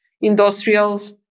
industrials